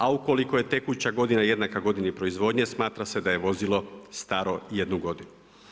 A ukoliko je tekuća godina jednaka godini proizvodnje smatra se da je vozilo staro jednu godinu.